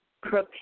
prepare